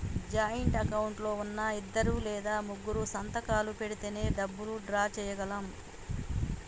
joint account లో ఉన్నా ఇద్దరు లేదా ముగ్గురూ సంతకాలు పెడితేనే డబ్బులు డ్రా చేయగలం